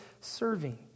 serving